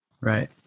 Right